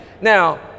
now